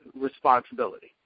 responsibility